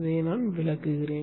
இதை நான் விளக்குகிறேன்